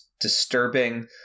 disturbing